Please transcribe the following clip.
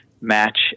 match